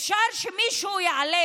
אפשר שמישהו יעלה,